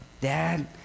Dad